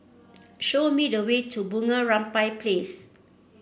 show me the way to Bunga Rampai Place